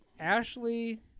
Ashley